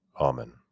Amen